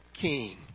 king